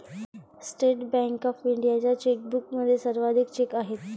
state bank of इंडियाच्या चेकबुकमध्ये सर्वाधिक चेक आहेत